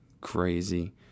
Crazy